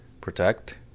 Protect